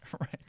Right